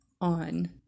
on